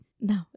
No